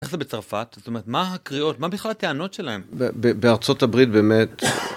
איך זה בצרפת זאת אומרת מה הקריאות מה בכלל הטענות שלהם בארצות הברית באמת.